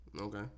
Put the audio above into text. okay